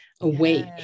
awake